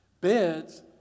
beds